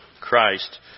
Christ